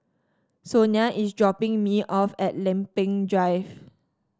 Sonia is dropping me off at Lempeng Drive